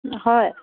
হয়